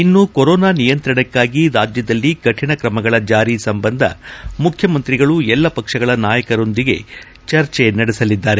ಇನ್ನು ಕೊರೋನಾ ನಿಯಂತ್ರಣಕ್ಕಾಗಿ ರಾಜ್ಯದಲ್ಲಿ ಕಾಣ ಕ್ರಮಗಳ ಜಾರಿ ಸಂಬಂಧ ಮುಖ್ಯಮಂತ್ರಿಗಳು ಎಲ್ಲಾ ಪಕ್ಷಗಳ ನಾಯಕರೊಡನೆ ಚರ್ಚೆ ನಡೆಸಲಿದ್ದಾರೆ